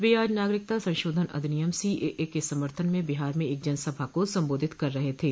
वे आज नागरिकता संशोधन अधिनियम सीएए के समर्थन में बिहार में एक जनसभा को संबोधित कर रहे थे